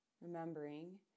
Remembering